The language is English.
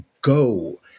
go